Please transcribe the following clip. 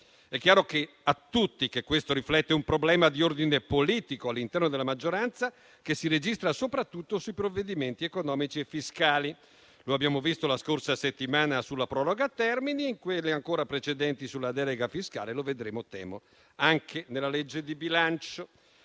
È chiaro a tutti che questo riflette un problema di ordine politico all'interno della maggioranza, che si registra soprattutto sui provvedimenti economici e fiscali. Lo abbiamo visto la scorsa settimana sulla proroga termini e in quelle ancora precedenti sulla delega fiscale; e lo vedremo - temo - anche nella legge di bilancio.